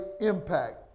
impact